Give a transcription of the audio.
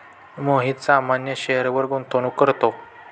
मोहित सामान्य शेअरवर गुंतवणूक करतो